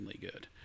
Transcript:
good